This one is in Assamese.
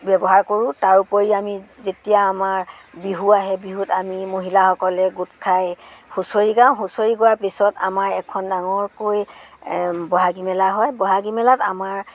ব্যৱহাৰ কৰো তাৰোপৰি আমি যেতিয়া আমাৰ বিহু আহে বিহুত আমি মহিলাসকলে গোট খাই হুঁচৰি গাওঁ হুঁচৰি গোৱাৰ পিছত আমাৰ এখন ডাঙৰকৈ বহাগী মেলা হয় বহাগী মেলাত আমাৰ